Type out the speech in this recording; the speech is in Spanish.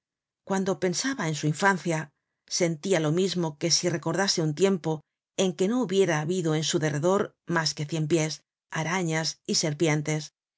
cuando pensaba en su infancia sentia lo mismo que si recordase un tiempo en que no hubiera habido en su derredor mas que cienpies arañas y serpientes